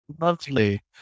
Lovely